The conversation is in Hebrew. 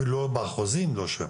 אפילו באחוזים לא שם,